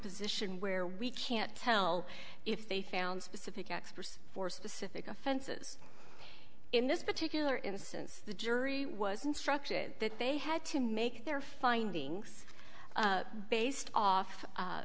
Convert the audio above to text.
position where we can't tell if they found specific expres for specific offenses in this particular instance the jury was instructed that they had to make their findings based off